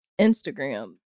Instagram